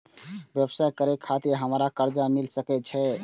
व्यवसाय करे खातिर हमरा कर्जा मिल सके छे?